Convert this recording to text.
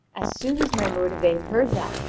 as soon as my lord yvain heard that,